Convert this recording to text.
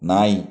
ನಾಯಿ